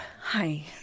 hi